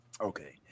Okay